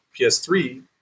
PS3